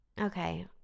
Okay